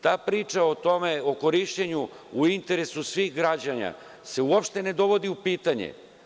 Ta priča o korišćenju u interesu svih građana se uopšte ne dovodi u pitanje.